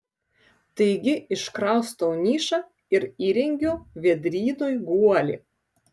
taigi iškraustau nišą ir įrengiu vėdrynui guolį